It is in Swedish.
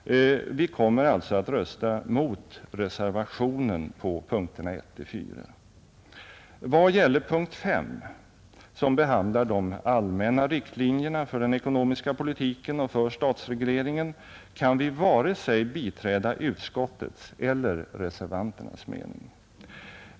Vi kommer alltså att rösta mot reservationen på punkterna 1 t.o.m. 4. Vad gäller punkten 5, som behandlar de allmänna riktlinjerna för den ekonomiska politiken och för statsregleringen, kan vi inte biträda vare sig utskottets eller reservanternas mening.